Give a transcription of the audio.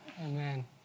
Amen